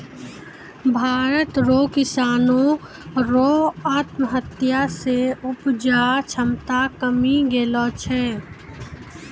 भारत रो किसानो रो आत्महत्या से उपजा क्षमता कमी गेलो छै